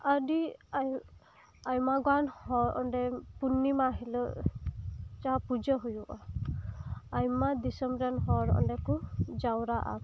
ᱟᱰᱤ ᱟᱭ ᱟᱭᱢᱟᱜᱟᱱ ᱜᱟᱱ ᱦᱚᱲ ᱚᱸᱰᱮ ᱯᱩᱱᱱᱤᱢᱟ ᱦᱤᱞᱳᱜ ᱡᱟᱦᱟᱸ ᱯᱩᱡᱟᱹ ᱦᱩᱭᱩᱜᱼᱟ ᱟᱭᱢᱟ ᱫᱤᱥᱚᱢ ᱨᱮᱱ ᱦᱚᱲ ᱚᱸᱰᱮ ᱠᱚ ᱡᱟᱣᱨᱟᱜᱼᱟ